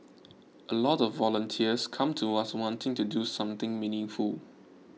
a lot of volunteers come to us wanting to do something meaningful